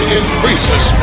increases